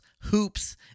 hoops